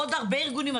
עוד הרבה ארגונים,